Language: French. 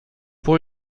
pour